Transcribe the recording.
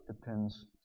depends